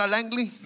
Langley